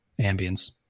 ambience